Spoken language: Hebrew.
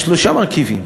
יש שלושה מרכיבים.